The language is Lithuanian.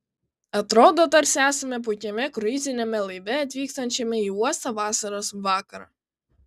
atrodo tarsi esame puikiame kruiziniame laive atvykstančiame į uostą vasaros vakarą